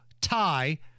tie